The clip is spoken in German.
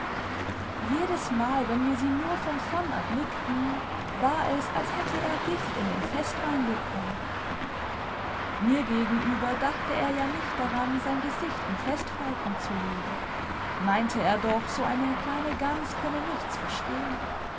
jedesmal wenn wir sie nur von fern erblickten war es als hätte er gift in den festwein bekommen mir gegenüber dachte er ja nicht daran sein gesicht in festfalten zu legen meinte er doch so eine kleine gans könne nichts verstehen